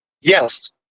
Yes